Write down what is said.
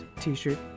T-shirt